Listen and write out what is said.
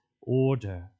order